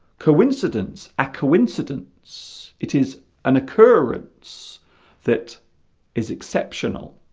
coincidence a coincidence it is an occurrence that is exceptional